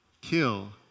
kill